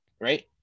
right